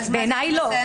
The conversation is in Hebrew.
בעיניי לא.